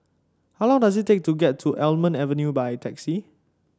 how long does it take to get to Almond Avenue by taxi